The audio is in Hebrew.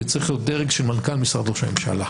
זה צריך להיות דרג של מנכ"ל משרד ראש הממשלה,